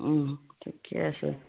ঠিকে আছে